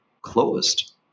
closed